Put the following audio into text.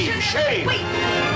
Shame